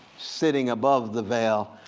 sitting above the veil,